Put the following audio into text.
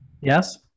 yes